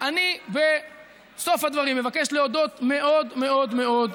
קרני שומרון נמצאת במגזר העירוני ומנוהלת על ידי הממונה,